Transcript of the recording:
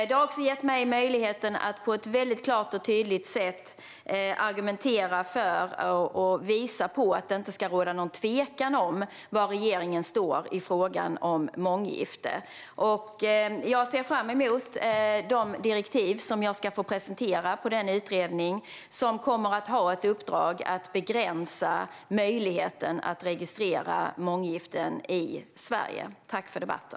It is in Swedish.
Den har också gett mig möjlighet att på ett väldigt klart och tydligt sätt argumentera för och visa på att det inte ska råda någon tvekan om var regeringen står i frågan om månggifte. Jag ser fram emot de direktiv som jag ska få presentera när det gäller den utredning som kommer att ha ett uppdrag att begränsa möjligheten att registrera månggiften i Sverige.